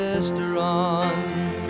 restaurant